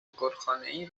گلخانهای